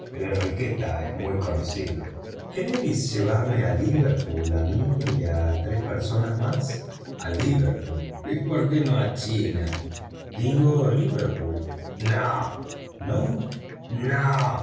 enriqueta es muy conocida queréis llevarme a liverpool a mi y a tres personas más a liverpool por qué no a china digo liverpool no no